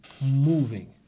moving